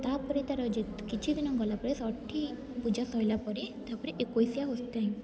ତା ପରେ ତା'ର ଯେତ୍ କିଛି ଦିନ ଗଲା ପରେ ଷଠୀ ପୂଜା ସଇଲା ପରେ ତାପରେ ଏକୋଇଶିଆ ହୋଇଥାଏ